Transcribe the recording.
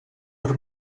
per